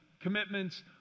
commitments